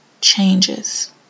changes